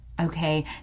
Okay